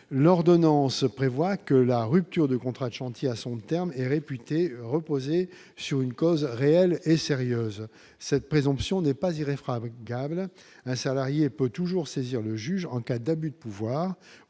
l'ordonnance prévoit que la rupture de contrat chantier à son terme et réputée reposer sur une cause réelle et sérieuse cette présomption n'est pas je dirais fera avec un salarié peut toujours saisir le juge en cas d'abus de pouvoir